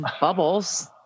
bubbles